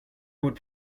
would